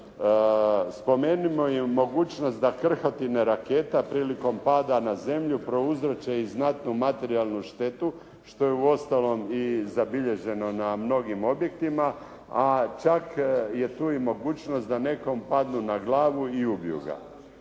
Spomenimo i mogućnost da krhotine raketa prilikom pada na zemlju prouzroče i znatnu materijalnu štetu što je uostalom i zabilježeno na mnogim objektima, a čak je tu i mogućnost da nekom padnu na glavu i ubiju ga.